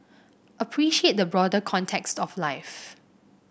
appreciate the broader context of life